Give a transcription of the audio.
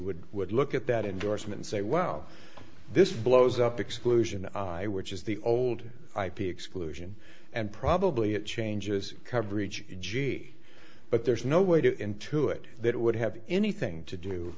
would would look at that endorsement say well this blows up exclusion i which is the old ip exclusion and probably it changes coverage judy but there's no way to get into it that would have anything to do